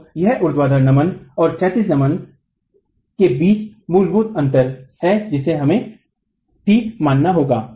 तो यह ऊर्ध्वाधर नमन और क्षैतिज नमन के बीच मूलभूत अंतर है जिसे हमें ठीक मानना होगा